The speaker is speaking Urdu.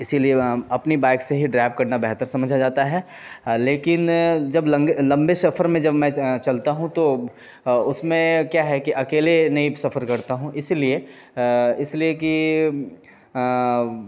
اسی لیے اپنی بائک سے ہی ڈرائیو کرنا بہتر سمجھا جاتا ہے لیکن جب لمبے سفر میں جب میں چلتا ہوں تو اس میں کیا ہے کہ اکیلے نہیں سفر کرتا ہوں اس لیے اس لیے کہ